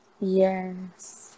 Yes